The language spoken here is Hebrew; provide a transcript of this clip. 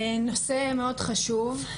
נושא מאוד חשוב.